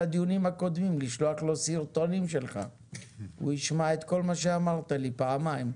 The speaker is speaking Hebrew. הלו"ז האישי שלך ואנחנו מכבדים אותך.